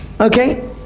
okay